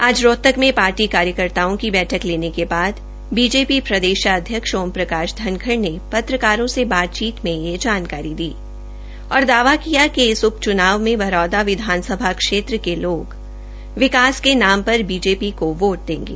आज रोहतक में पार्टी कार्यकर्ताओं की बैठक लेने के बाद बीजेपी प्रदेशाध्यक्ष ओम प्रकाश धनखड़ ने पत्रकारों से बातचीत में यह जानकारी दी और दावा किया कि इस उप च्नाव मंे विधानसभा क्षेत्र के लोग विकास के नाम पर बीजेपी को बोट देंगे